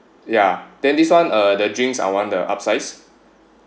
ya then this one uh the drinks I want the upsize